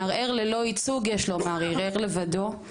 מערער ללא ייצוג יש לומר ערער לבדו,